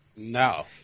No